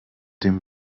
dem